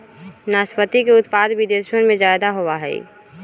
नाशपाती के उत्पादन विदेशवन में ज्यादा होवा हई